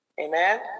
Amen